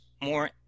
more